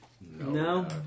No